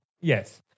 Yes